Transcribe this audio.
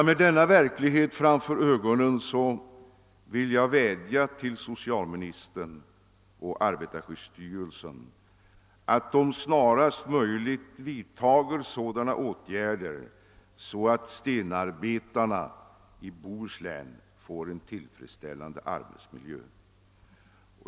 Med denna verklighet framför ögonen vill jag vädja till socialministern och arbetarskyddsstyrelsen att snarast möjligt vidta åtgärder för att ge stenarbetarna i Bohuslän en tillfredsställande arbetsmiljö.